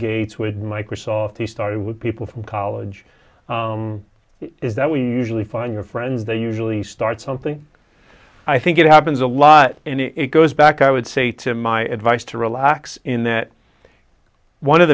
gates with microsoft the story were people from college is that we usually find your friends they usually start something i think it happens a lot and it goes back i would say to my advice to relax in that one of